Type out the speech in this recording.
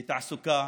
לתעסוקה,